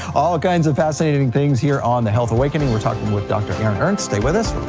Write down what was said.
all kinds of fascinating things here on the health awakening. we're talking with dr. aaron ernst, stay with us,